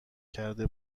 کرده